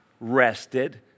rested